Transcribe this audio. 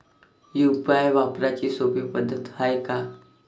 UPI वापराची सोपी पद्धत हाय का?